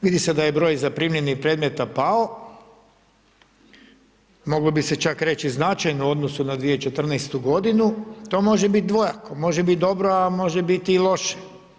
Vidi se da je broj zaprimljenih predmeta pao, moglo bi se čak reći značajno u odnosu na 2014. g., to može biti dvojako, može bit dobro a može bit i loše.